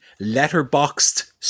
letterboxed